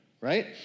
right